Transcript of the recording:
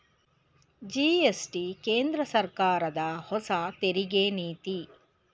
GST ಕೇಂದ್ರ ಸರ್ಕಾರದ ಹೊಸ ತೆರಿಗೆ ನೀತಿ